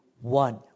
one